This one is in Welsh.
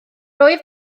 oedd